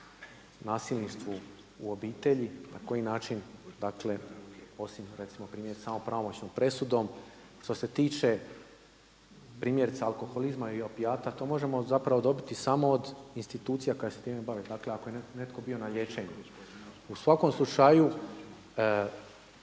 nasilništvu u obitelji, na koji način osim recimo primjer samo pravomoćnom presudom. Što se tiče primjerice alkoholizma i opijata to možemo dobiti samo od institucija koje se time bave, dakle ako je neko bio na liječenu. U svakom slučaju